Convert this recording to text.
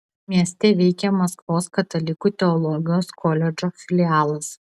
mieste veikia maskvos katalikų teologijos koledžo filialas